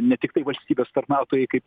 ne tiktai valstybės tarnautojai kaip